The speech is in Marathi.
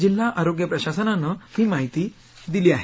जिल्हा आरोग्य प्रशासनान ही माहिती दिली आहे